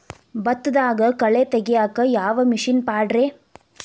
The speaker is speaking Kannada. ಭತ್ತದಾಗ ಕಳೆ ತೆಗಿಯಾಕ ಯಾವ ಮಿಷನ್ ಪಾಡ್ರೇ?